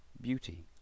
Beauty